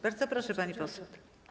Bardzo proszę, pani poseł.